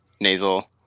nasal